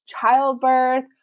childbirth